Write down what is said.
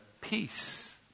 peace